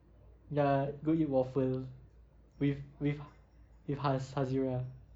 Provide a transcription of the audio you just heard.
ya go eat waffles with with with haz hazirah